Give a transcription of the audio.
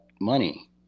money